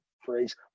phrase